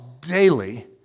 daily